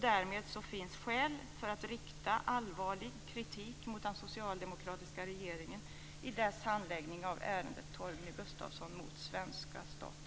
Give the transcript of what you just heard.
Därmed finns skäl för att rikta allvarlig kritik mot den socialdemokratiska regeringen i dess handläggning av ärendet Torgny Gustafsson mot svenska staten.